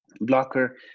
blocker